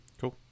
Cool